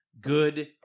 good